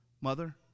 Mother